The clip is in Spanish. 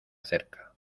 acerca